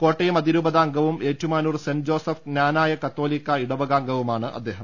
കോട്ടയം അതിരൂപതാ അംഗവും Ettumanoor saint Joseph Knanaya കത്തോലിക്കാ ഇടവകാംഗവുമാണ് അദ്ദേഹം